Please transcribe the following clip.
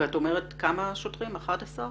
ואת אומרת כמה שוטרים, 11?